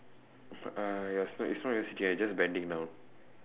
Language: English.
uh ya so like as long they are just bending down